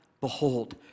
behold